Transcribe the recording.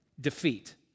defeat